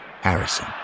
Harrison